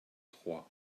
trois